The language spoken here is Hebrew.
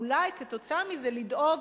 ואולי כתוצאה מזה לדאוג